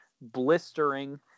blistering